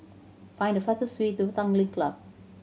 find the fastest way to Tanglin Club